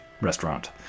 restaurant